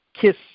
kiss